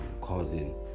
causing